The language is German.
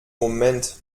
moment